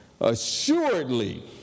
Assuredly